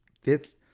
fifth